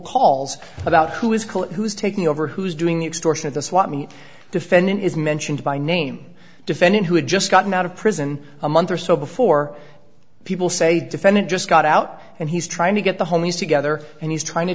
calls about who is who's taking over who's doing the extortion of the swap the defendant is mentioned by name defendant who had just gotten out of prison a month or so before people say defendant just got out and he's trying to get the whole news together and he's trying to